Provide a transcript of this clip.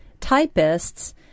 typists